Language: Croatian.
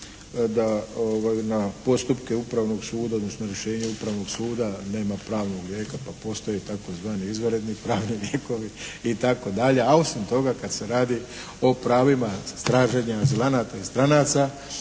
da na postupke Upravnog suda, odnosno rješenje Upravnog suda nema pravnog lijeka pa postoji tzv. izvanredni pravni lijekovi itd., a osim toga kad se radi o pravima traženja azilanata i stranaca